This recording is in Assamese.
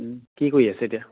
কি কৰি আছে এতিয়া